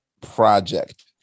project